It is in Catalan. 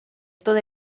tot